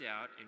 out